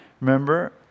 Remember